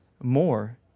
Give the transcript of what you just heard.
more